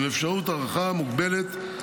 עם אפשרות הארכה מוגבלת,